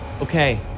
Okay